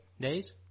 days